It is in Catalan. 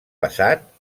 passat